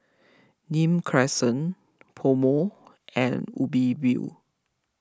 Nim Crescent PoMo and Ubi View